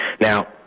Now